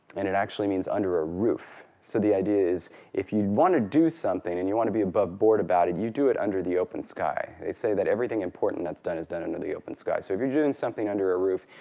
and it actually means under a roof. so the idea is if you want to do something, and you want to be above board about it, you do it under the open sky. they say that everything important that's done is done under the open sky. so if you're and something under a roof,